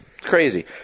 Crazy